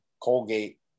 Colgate